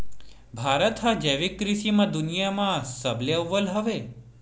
भारत हा जैविक कृषि मा दुनिया मा सबले अव्वल हवे